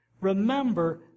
Remember